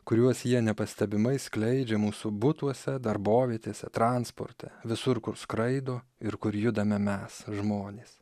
kuriuos jie nepastebimai skleidžia mūsų butuose darbovietėse transporte visur kur skraido ir kur judame mes žmonės